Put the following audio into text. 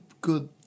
good